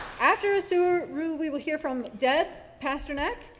after isuru we will hear from deb pasternak.